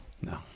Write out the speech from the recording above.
No